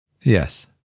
Yes